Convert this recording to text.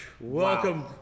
welcome